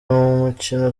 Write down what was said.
umukino